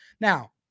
Now